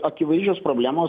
akivaizdžios problemos